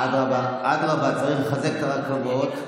אדרבה, צריך לחזק את הרכבות,